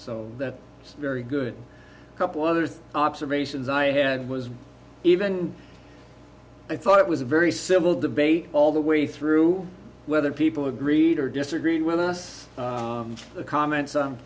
so that was very good couple others observations i had was even i thought it was a very civil debate all the way through whether people agreed or disagreed with us the comments